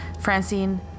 Francine